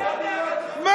אתה יודע, מה?